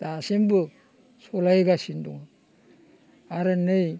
दासिमबो सालायगासिनो दङ आरो नै